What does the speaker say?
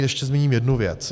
Ještě zmíním jednu věc.